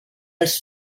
els